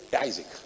Isaac